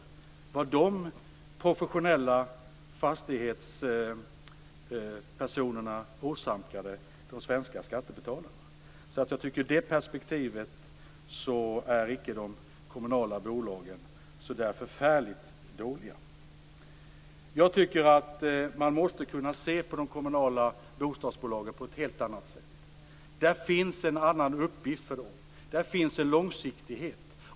Det var de förluster som de professionella fastighetsförvaltarna åsamkade de svenska skattebetalarna. I det perspektivet är de kommunala bolagen inte så förfärligt dåliga. Jag tycker att man måste kunna se på den kommunala bostadsbolagen på ett helt annat sätt. Det finns en annan uppgift för dem. Det finns en långsiktighet.